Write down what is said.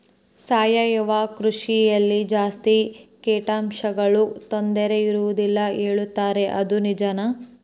ಸಾವಯವ ಕೃಷಿಯಲ್ಲಿ ಜಾಸ್ತಿ ಕೇಟನಾಶಕಗಳ ತೊಂದರೆ ಇರುವದಿಲ್ಲ ಹೇಳುತ್ತಾರೆ ಅದು ನಿಜಾನಾ?